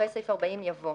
אחרי סעיף 40 יבוא: